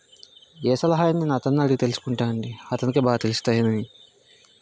ఏ సలహా అయినా నేనను అతన్నే అడిగి తెలుసుకుంటా అండి అతనికే బాగ తెలుస్తాయని